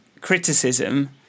criticism